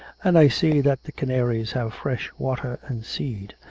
and i see that the canaries have fresh water and seed.